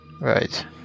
Right